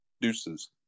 Deuces